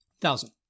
thousand